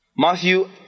Matthew